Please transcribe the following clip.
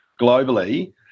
globally